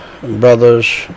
brothers